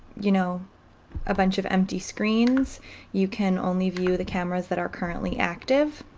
you know a bunch of empty screens you can only view the cameras that are currently active.